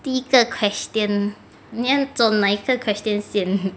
第一个 question 你要做哪一个 question 先